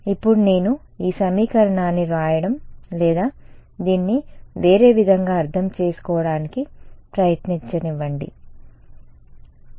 ఇప్పుడు నేను ఈ సమీకరణాన్ని వ్రాయడం లేదా దీన్ని వేరే విధంగా అర్థం చేసుకోవడానికి ప్రయత్నించనివ్వండి సరే